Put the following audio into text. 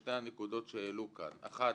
בשתי הנקודות שהעלו כאן: אחת,